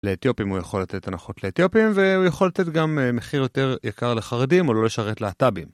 לאתיופים הוא יכול לתת הנחות לאתיופים והוא יכול לתת גם מחיר יותר יקר לחרדים או לא לשרת להט"בים.